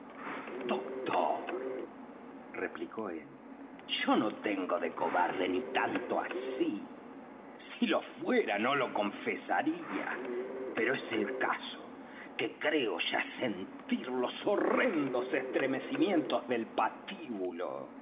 doctor replicó él yo no tengo de cobarde ni tanto así si lo fuera no lo confesaría pero es el caso que creo ya sentir los horrendos estremecimientos del patíbulo